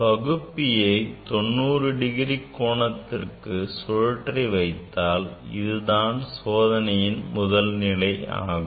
பகுப்பியை 90 degree கோணத்துக்கு சுழற்றி வைத்தால் அது தான் இச்சோதனையின் முதல் நிலை ஆகும்